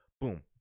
boom